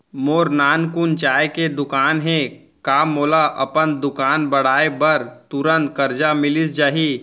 मोर नानकुन चाय के दुकान हे का मोला अपन दुकान बढ़ाये बर तुरंत करजा मिलिस जाही?